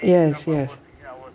yes yes